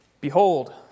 Behold